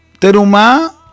Teruma